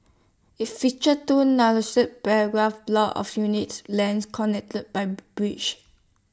IT features two paragraph blocks of unique length connected by bridges